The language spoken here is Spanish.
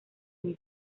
mismo